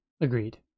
Agreed